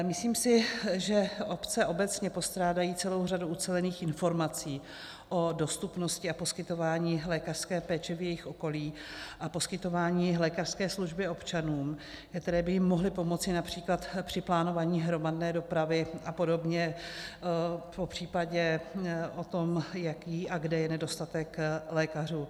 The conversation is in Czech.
Myslím si, že obce obecně postrádají celou řadu ucelených informací o dostupnosti a poskytování lékařské péče ve svém okolí a poskytování lékařské služby občanům, které by jim mohly pomoci například při plánování hromadné dopravy a podobně, popřípadě v tom, jaký a kde je nedostatek lékařů.